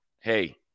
hey